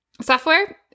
software